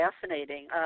fascinating